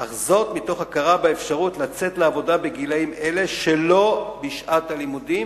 אך זאת מתוך הכרה באפשרות לצאת לעבודה בגילים האלה שלא בשעת הלימודים,